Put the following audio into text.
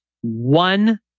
one